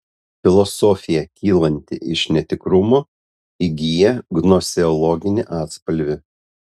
filosofija kylanti iš netikrumo įgyja gnoseologinį atspalvį